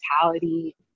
mentality